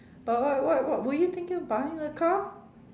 but what what what were you thinking of buying a car